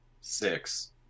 six